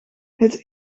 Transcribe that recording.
het